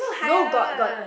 no got got